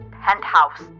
Penthouse